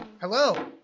Hello